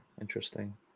Interesting